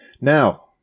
Now